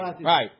right